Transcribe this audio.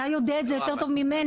אתה יודע את זה יותר טוב ממני.